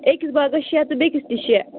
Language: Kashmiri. أکِس باغس شےٚ تہٕ بیٚکِس تہِ شےٚ